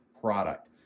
product